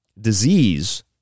disease